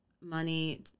money